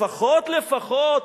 לפחות, לפחות,